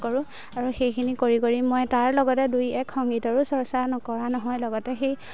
কৰোঁ আৰু সেইখিনি কৰি কৰি মই তাৰ লগতে দুই এক সংগীতৰো চৰ্চা নকৰা নহয় লগতে সেই